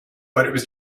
but